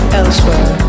elsewhere